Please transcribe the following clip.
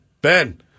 Ben